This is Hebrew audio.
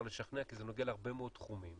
לשכנע כי זה נוגע להרבה מאוד תחומים.